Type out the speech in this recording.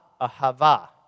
ahava